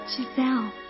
Giselle